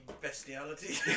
bestiality